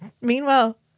meanwhile